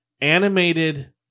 animated